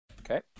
Okay